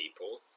people